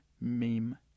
meme